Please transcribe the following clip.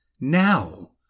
Now